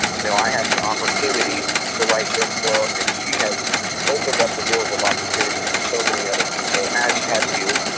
you know, i had the opportunity to write this book. and she has opened up the doors of opportunity for so many other people as have you,